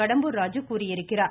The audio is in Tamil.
கடம்பூர் ராஜு கூறியிருக்கிறார்